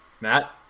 Matt